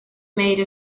made